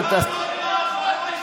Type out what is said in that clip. כלום.